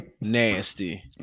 nasty